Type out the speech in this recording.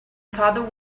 father